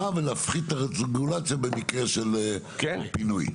ולהפחית את הרגולציה במקרה של פינוי.